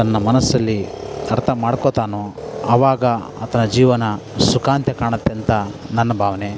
ತನ್ನ ಮನಸ್ಸಲ್ಲಿ ಅರ್ಥ ಮಾಡ್ಕೋತಾನೊ ಆವಾಗ ಆತನ ಜೀವನ ಸುಖಾಂತ್ಯ ಕಾಣತ್ತೇಂತ ನನ್ನ ಭಾವನೆ